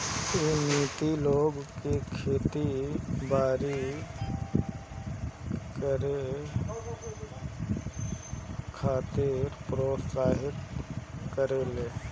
इ नीति लोग के खेती बारी करे खातिर प्रोत्साहित करेले